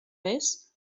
mes